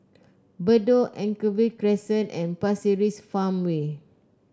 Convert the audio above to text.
Bedok Anchorvale Crescent and Pasir Ris Farmway